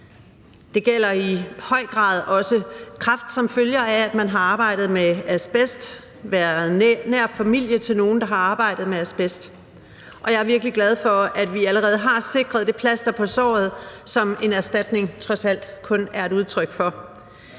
Det gælder i høj grad også kræft, som følge af at man har arbejdet med asbest, og det gælder, hvis man har været nær familie til nogen, der har arbejdet med asbest. Jeg er virkelig glad for, at vi allerede har sikret det plaster på såret, som en erstatning trods alt kun er et udtryk for.